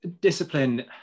discipline